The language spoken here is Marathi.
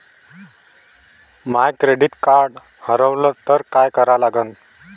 माय क्रेडिट कार्ड हारवलं तर काय करा लागन?